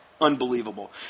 Unbelievable